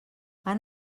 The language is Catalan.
han